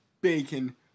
bacon